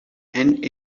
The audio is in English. and